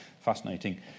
fascinating